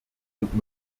und